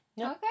Okay